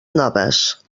noves